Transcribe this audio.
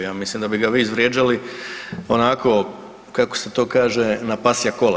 Ja mislim da bi ga vi izvrijeđali onako kako se to kaže na pasja kola.